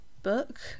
book